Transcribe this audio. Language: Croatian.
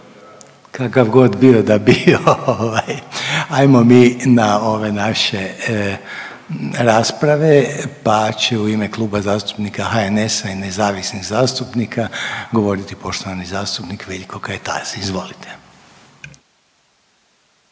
kakav god bio da bio. Ajmo mi na ove naše rasprave, pa će u ime Kluba zastupnika HNS-a i nezavisnih zastupnika govoriti poštovani zastupnik Veljko Kajtazi. Izvolite.